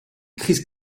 crise